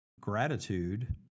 gratitude